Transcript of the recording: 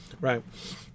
right